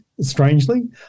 strangely